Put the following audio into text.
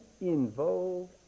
involved